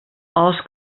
els